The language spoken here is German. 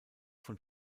von